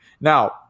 now